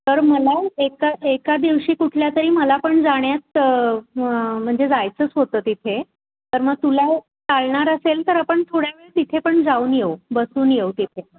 तर मला एका एका दिवशी कुठल्या तरी मला पण जाण्यात म्हणजे जायचंच होतं तिथे तर मग तुला चालणार असेल तर आपण थोड्या वेळ तिथे पण जाऊन येऊ बसून येऊ तिथे